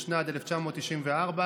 התשנ"ד 1994,